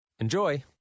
Enjoy